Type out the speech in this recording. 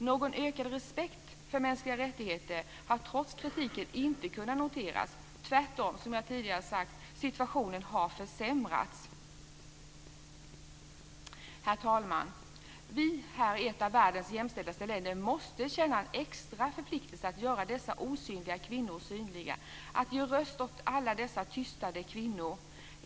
Någon ökad respekt för mänskliga rättigheter har trots kritiken inte kunnat noteras. Tvärtom har situationen, som jag tidigare sagt, försämrats. Herr talman! Vi här i ett av världens mest jämställda länder måste känna en extra förpliktelse att göra dessa osynliga kvinnor synliga - att ge röst åt alla dessa tystade kvinnor.